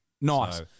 Nice